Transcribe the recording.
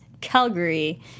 Calgary